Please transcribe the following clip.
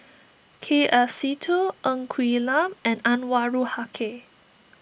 K F Seetoh Ng Quee Lam and Anwarul Haque